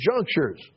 junctures